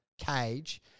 cage